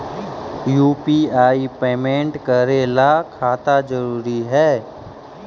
UPI payment करे ला खाता जरूरी है?